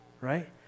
right